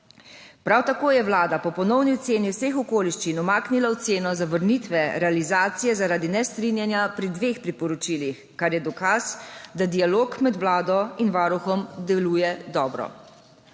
Prav tako je Vlada po ponovni oceni vseh okoliščin umaknila oceno zavrnitve realizacije zaradi nestrinjanja pri dveh priporočilih, kar je dokaz, da dialog med Vlado in Varuhom deluje dobro.